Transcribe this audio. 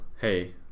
hey